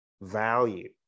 value